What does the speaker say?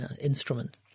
instrument